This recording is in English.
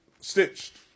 stitched